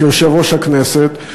כיושב-ראש הכנסת,